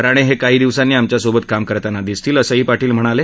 राणे हे काही दिवसांनी आमच्यासोबत काम करताना दिसतील असंही पाटील म्हणाले